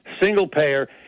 single-payer